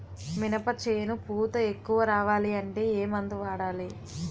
మినప చేను పూత ఎక్కువ రావాలి అంటే ఏమందు వాడాలి?